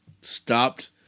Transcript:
stopped